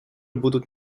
будут